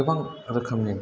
गोबां रोखोमनि